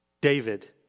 David